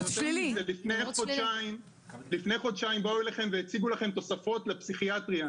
לפני כחודשיים באו אליכם והציגו לכם תוספות לפסיכיאטריה,